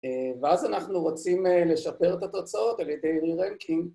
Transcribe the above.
‫ואז אנחנו רוצים לשפר את התוצאות ‫על ידי רי-רנקינג.